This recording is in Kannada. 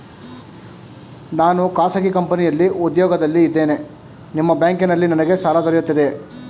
ನಾನು ಖಾಸಗಿ ಕಂಪನಿಯಲ್ಲಿ ಉದ್ಯೋಗದಲ್ಲಿ ಇದ್ದೇನೆ ನಿಮ್ಮ ಬ್ಯಾಂಕಿನಲ್ಲಿ ನನಗೆ ಸಾಲ ದೊರೆಯುತ್ತದೆಯೇ?